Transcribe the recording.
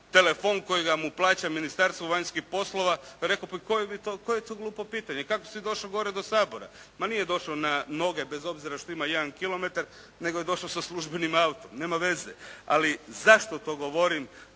telefon kojega mu plaća Ministarstvo vanjskih poslova, rekao bi pa koje je to glupo pitanje, kako si došao gore do Sabora. Ma nije došao na noge bez obzira što ima jedan kilometar, nego je došao sa službenim autom. Nema veze. Ali zašto to govorim?